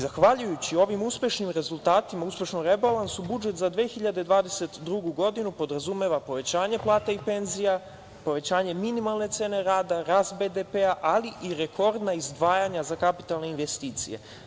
Zahvaljujući ovim uspešnim rezultatima, uspešnom rebalansu budžet za 2022. godinu podrazumeva povećanje plata i penzija, povećanje minimalne cene rada, rast BDP, ali i rekordna izdvajanja za kapitalne investicije.